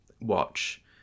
watch